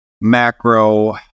macro